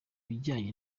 bijyanye